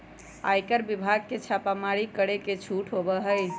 आयकर विभाग के छापेमारी करे के छूट होबा हई